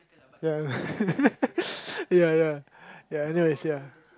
ya ya ya ya anyways ya